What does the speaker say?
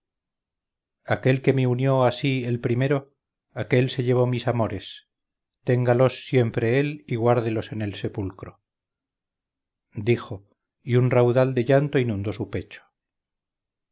aquel que me unió a sí el primero aquel se llevó mis amores téngalos siempre él y guárdelos en el sepulcro dijo y un raudal de llanto inundó su pecho